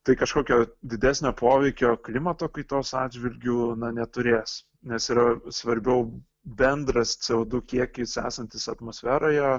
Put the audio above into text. tai kažkokio didesnio poveikio klimato kaitos atžvilgiu neturės nes yra svarbiau bendras co du kiekis esantis atmosferoje